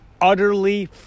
utterly